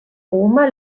oma